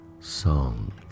song